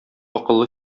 акыллы